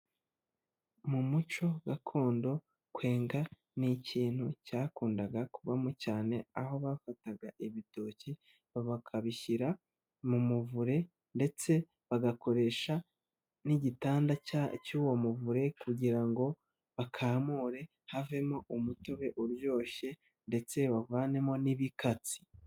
Mu muco gakondo kwenga ni ikintu cyakundaga kubamo cyane aho bafataga ibitoki bakabishyira mu muvure ndetse bagakoresha n'igitanda cy'uwo muvure kugira ngo bakamure havemo umutobe uryoshye ndetse bavanemo n'ibikatsi.